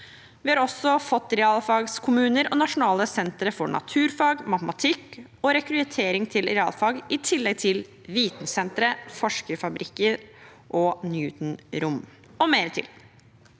Vi har også fått realfagskommuner og nasjonale sentre for naturfag, matematikk og rekruttering til realfag i tillegg til vitensentre, Forskerfabrikken og Newton-rom